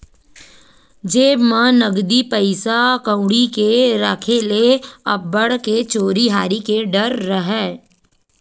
जेब म नकदी पइसा कउड़ी के राखे ले अब्बड़ के चोरी हारी के डर राहय